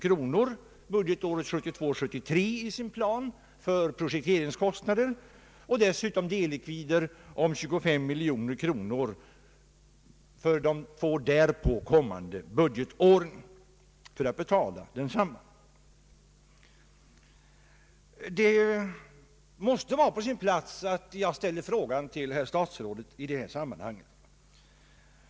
Sjöfartsverket tar i sin plan upp en miljon kronor för projekteringskostnader budgetåret 1972/73 och dessutom dellikvider om 25 miljoner kronor för de därpå kommande budgetåren för att betala isbrytaren. Det måste vara på sin plats att jag ställer en fråga till herr statsrådet i detta sammanhang.